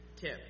tip